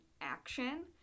action